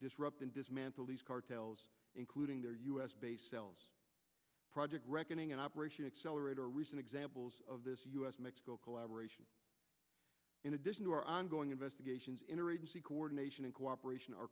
disrupt and dismantle these cartels including their u s base cells project reckoning and operation accelerator recent examples of this us mexico collaboration in addition to our ongoing investigations interagency coordination and cooperation